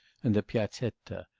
and piazzetta,